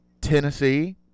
Tennessee